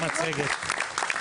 (הצגת מצגת).